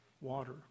water